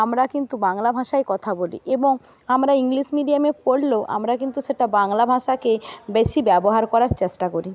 আমরা কিন্তু বাংলা ভাষায় কথা বলি এবং আমরা ইংলিশ মিডিয়ামে পড়লেও আমরা কিন্তু সেটা বাংলা ভাষাকে বেশি ব্যবহার করার চেষ্টা করি